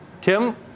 Tim